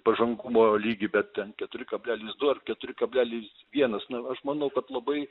pažangumo lygį bet ir keturi kablelis du ar keturi kablelis vienas na aš manau kad labai